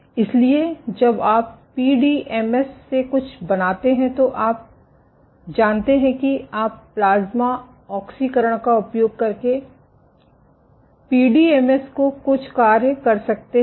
इसलिए जब आप पी डी एम एस से कुछ बनाते हैं तो आप जानते हैं कि आप प्लाज्मा ऑक्सीकरण का उपयोग करके पी डी एम एस को कुछ कार्य कर सकते हैं